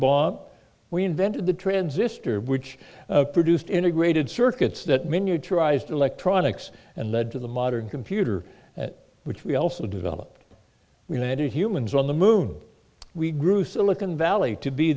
bomb we invented the transistor which produced integrated circuits that menu tries to electronics and led to the modern computer which we also developed we met humans on the moon we grew silicon valley to be